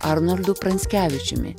arnoldu pranckevičiumi